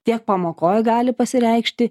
tiek pamokoj gali pasireikšti